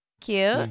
cute